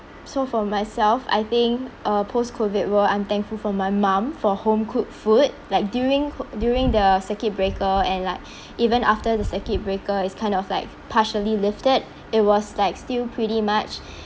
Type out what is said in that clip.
so for myself I think uh post-COVID world I'm thankful for my mum for home-cooked food like during CO~ during the circuit breaker and like even after the circuit breaker it's kind of like partially lifted it was like still pretty much